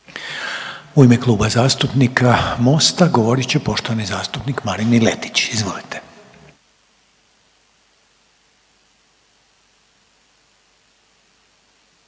u ime Kluba zastupnika HDZ-a govoriti poštovani zastupnik Ivan Radić. Izvolite.